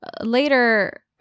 later